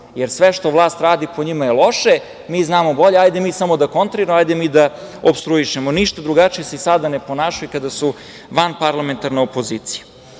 jer sve što vlast radi po njima je loše, mi znamo bolje, hajde mi samo da kontriramo, hajde mi da opstruišemo. Ništa drugačije se sada ne ponašaju kada su vanparlamentarna opozicija. Ono